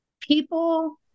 People